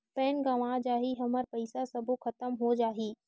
Pan गंवा जाही हमर पईसा सबो खतम हो जाही?